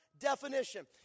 definition